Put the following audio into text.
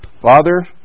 Father